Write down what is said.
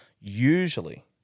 usually